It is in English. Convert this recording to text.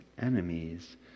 enemies